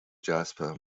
jasper